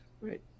Right